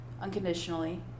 unconditionally